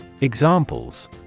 Examples